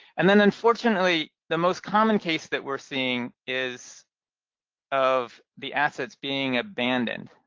and then unfortunately the most common case that we're seeing is of the assets being abandoned.